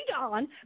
on